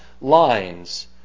lines